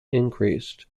increased